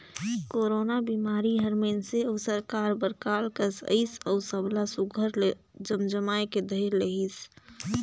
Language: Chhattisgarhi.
कोरोना बिमारी हर मइनसे अउ सरकार बर काल कस अइस अउ सब ला सुग्घर ले जमजमाए के धइर लेहिस